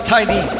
Tiny